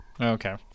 Okay